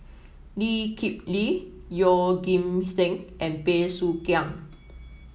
Lee Kip Lee Yeoh Ghim Seng and Bey Soo Khiang